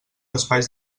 espais